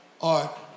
art